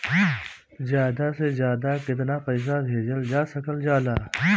ज्यादा से ज्यादा केताना पैसा भेजल जा सकल जाला?